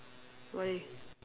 why